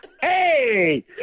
Hey